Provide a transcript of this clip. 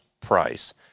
price